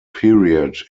period